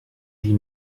die